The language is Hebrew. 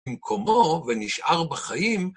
במקומו ונשאר בחיים.